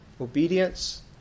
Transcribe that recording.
obedience